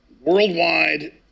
worldwide